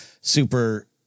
super